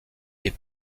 est